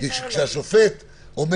כשהשופט אומר